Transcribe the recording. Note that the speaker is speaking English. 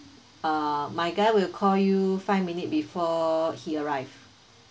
uh my guy will call you five minutes before he arrive